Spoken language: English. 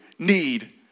need